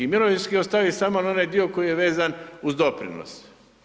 Mirovinski ostaviti samo na onaj dio koji je vezan uz doprinose.